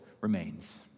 remains